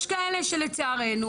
יש כאלה שלצערנו,